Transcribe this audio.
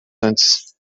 antes